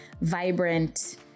vibrant